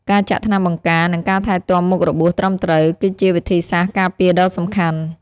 ការចាក់ថ្នាំបង្ការ និងការថែទាំមុខរបួសត្រឹមត្រូវ គឺជាវិធីសាស្ត្រការពារដ៏សំខាន់។